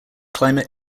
climate